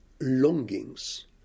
longings